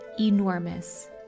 enormous